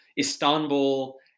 Istanbul